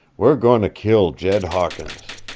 we're goin' to kill jed hawkins!